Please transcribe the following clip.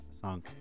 song